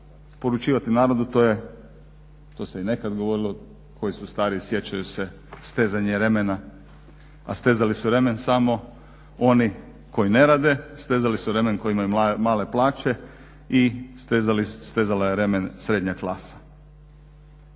poručivati narodu, to se i nekad govorilo, koji su stari sjećaju se, stezanje remena, a stezali su remen samo oni koji ne rade, stezali su remen koji imaju male plaće i stezali je remen srednja klasa.